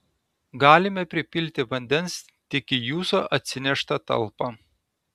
galime pripilti vandens tik į jūsų atsineštą talpą